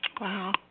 Wow